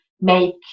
make